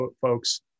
folks